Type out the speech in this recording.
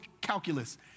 calculus